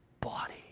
body